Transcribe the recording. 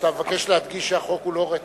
אתה מבקש להדגיש שהחוק הוא לא רטרואקטיבי.